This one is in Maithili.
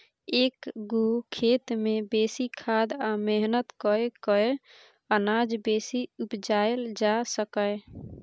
एक्क गो खेत मे बेसी खाद आ मेहनत कए कय अनाज बेसी उपजाएल जा सकैए